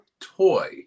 toy